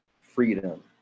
freedom